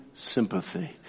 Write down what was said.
Sympathy